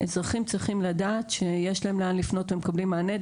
שהאזרחים צריכים לדעת שיש להם לאן לפנות והם מקבלים מענה.